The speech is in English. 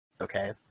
Okay